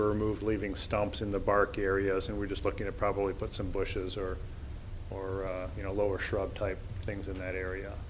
were moved leaving stumps in the bark areas and we're just looking at probably put some bushes or or you know lower shrub type things in that area